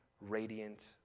radiant